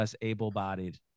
able-bodied